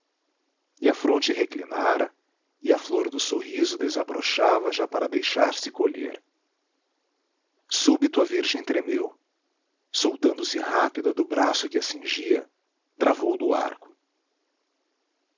e a fronte reclinara e a flor do sorriso desabrochava já para deixar-se colher súbito a virgem tremeu soltando se rápida do braço que a cingia travou do arco